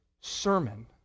sermon